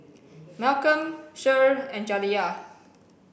Malcom Cher and Jaliyah